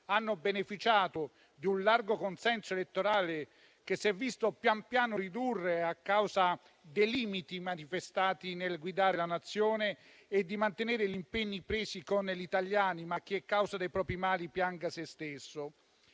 hanno beneficiato di un largo consenso elettorale che si è visto pian piano ridurre a causa dei limiti manifestati nel guidare la Nazione e di mantenere gli impegni presi con gli italiani; ma chi è causa dei propri mali pianga se stesso.